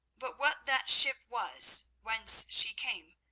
but what that ship was, whence she came,